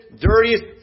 dirtiest